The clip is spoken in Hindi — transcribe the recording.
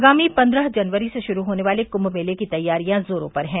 आगामी पन्द्रह जनवरी से शुरू होने वाले कृम्म मेले की तैयारियां जोरो पर हैं